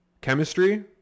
Chemistry